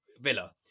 Villa